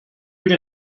huge